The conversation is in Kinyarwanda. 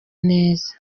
neza